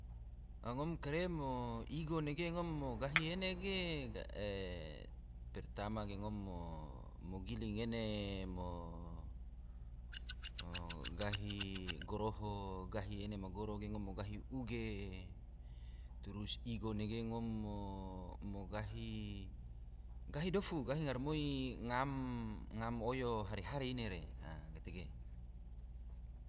Ngom kare mo igo nege ngom mo gahi ene ge, pertama ge ngom mo giling ene, mo gahi goroho, gahi ma goro ge ngom gahi uge, trus igo ge ngom mo gahi dofu, gahi garamoi ngam, ngam oyo hari-hari ine re. a gatege